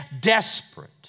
desperate